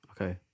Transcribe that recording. Okay